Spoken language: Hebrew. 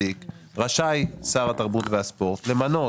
רשאי שר התרבות והספורט למנות